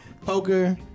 Poker